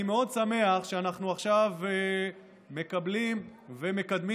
אני מאוד שמח שאנחנו עכשיו מקבלים ומקדמים